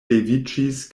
leviĝis